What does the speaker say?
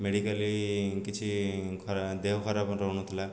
medically କିଛି ଖରା ଦେହ ଖରାପ ରହୁନଥିଲା